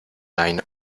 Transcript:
line